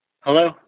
Hello